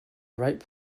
ripe